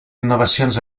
innovacions